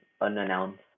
unannounced